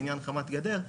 בעניין חמת גדר.